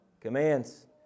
commands